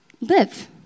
Live